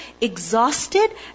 exhausted